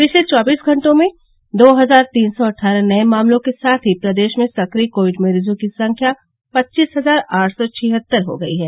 पिछले चौबीस घंटों में दो हजार तीन सौ अट्ठारह नए मामलों के साथ ही प्रदेश में सक्रिय कोविड मरीजों की संख्या पच्चीस हजार आठ सौ छिहत्तर हो गई है